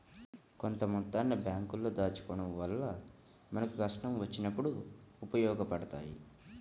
కొంత మొత్తాన్ని బ్యేంకుల్లో దాచుకోడం వల్ల మనకు కష్టం వచ్చినప్పుడు ఉపయోగపడతయ్యి